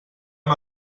amb